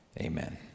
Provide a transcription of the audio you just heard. amen